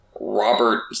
Robert